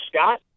Scott